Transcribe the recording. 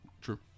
True